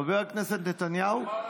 חבר הכנסת נתניהו.